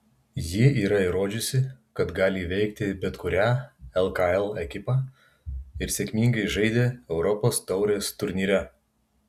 ji yra įrodžiusi kad gali įveikti bet kurią lkl ekipą ir sėkmingai žaidė europos taurės turnyre